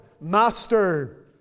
Master